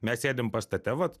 mes sėdim pastate vat